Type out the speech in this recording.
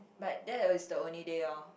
but that is the only day loh